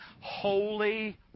holy